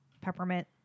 peppermint